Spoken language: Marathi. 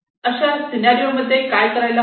अशा सीनारिओ मध्ये काय करायला हवे